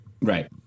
Right